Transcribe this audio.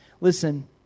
Listen